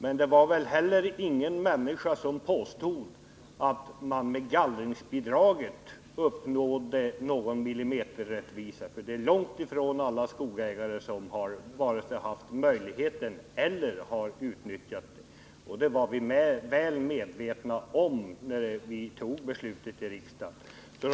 Men ingen vill väl heller påstå att man med gallringsbidraget uppnådde millimeterrättvisa. Långt ifrån alla skogsägare har haft möjligheter att utnyttja det. Det var vi väl medvetna om när riksdagen fattade beslutet.